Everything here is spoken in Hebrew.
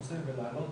איננו